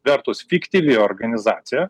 vertus fiktyvi organizacija